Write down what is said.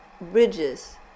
bridges